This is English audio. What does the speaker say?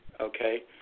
okay